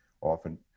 often